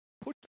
Put